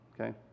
Okay